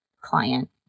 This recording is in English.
client